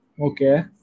Okay